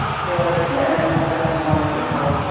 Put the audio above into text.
for him and other aymara people,